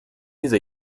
use